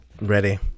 Ready